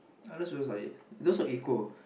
I love Social Studies it just so equal